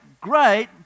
great